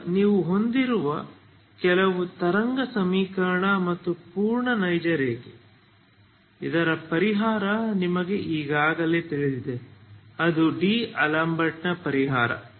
ಈಗ ನೀವು ಹೊಂದಿರುವುದು ಕೇವಲ ತರಂಗ ಸಮೀಕರಣ ಮತ್ತು ಪೂರ್ಣ ನೈಜ ರೇಖೆ ಇದರ ಪರಿಹಾರ ನಮಗೆ ಈಗಾಗಲೇ ತಿಳಿದಿದೆ ಅದು ಡಿಅಲೆಂಬರ್ಟ್ ಪರಿಹಾರ